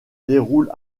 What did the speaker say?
déroule